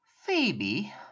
phoebe